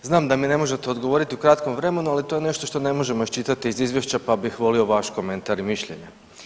Znam da mi ne možete odgovoriti u kratkom vremenu, ali to je nešto što ne možemo iščitati iz Izvješća pa bih volio vaš komentar i mišljenje.